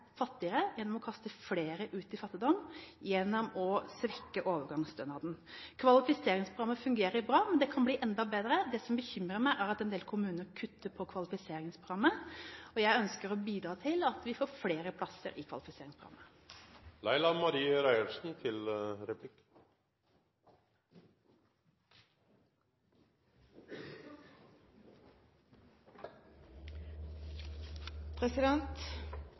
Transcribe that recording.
fattigere, kaste flere ut i fattigdom, ved å svekke overgangsstønaden. Kvalifiseringsprogrammet fungerer bra, men det kan bli enda bedre. Det som bekymrer meg, er at en del kommuner kutter i kvalifiseringsprogrammet. Jeg ønsker å bidra til at vi får flere plasser i